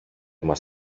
μας